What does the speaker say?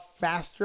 faster